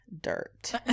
dirt